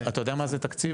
אתה יודע מה זה תקציב?